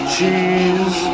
Cheese